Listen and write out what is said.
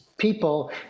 people